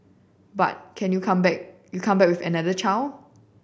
but can you come back you come back another child